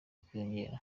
ubwiyongere